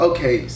Okay